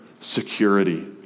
security